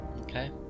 Okay